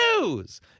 News